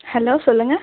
hello சொல்லுங்க